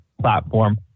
platform